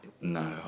No